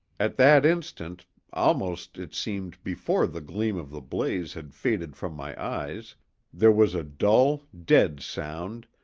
at that instant almost, it seemed, before the gleam of the blaze had faded from my eyes there was a dull, dead sound,